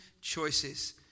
choices